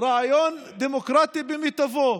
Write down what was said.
רעיון דמוקרטי במיטבו.